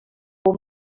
know